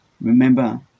Remember